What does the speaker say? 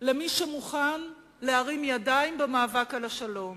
למי שמוכן להרים ידיים במאבק על השלום.